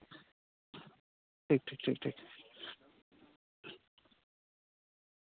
ᱴᱷᱤᱠ ᱴᱷᱤᱠ ᱴᱷᱤᱠ